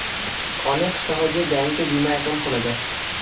অনেক সহজে ব্যাঙ্কে বিমা একাউন্ট খোলা যায়